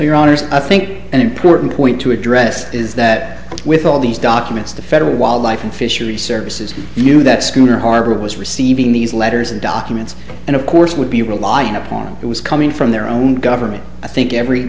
honors i think an important point to address is that with all these documents the federal wildlife and fishery services knew that schooner harbor was receiving these letters and documents and of course would be reliant upon it was coming from their own government i think every